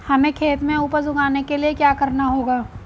हमें खेत में उपज उगाने के लिये क्या करना होगा?